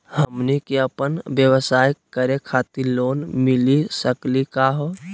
हमनी क अपन व्यवसाय करै खातिर लोन मिली सकली का हो?